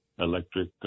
electric